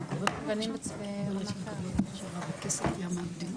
קצבאות ילדים,